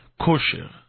kosher